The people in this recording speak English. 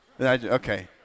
Okay